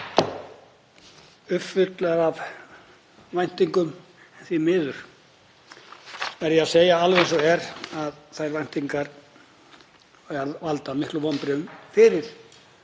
uppfullar ef væntingum. Því miður verð ég að segja alveg eins og er að þær væntingar valda miklum vonbrigðum fyrir